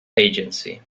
agency